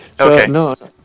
Okay